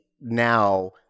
now